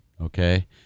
okay